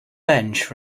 bench